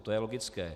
To je logické.